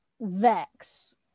Vex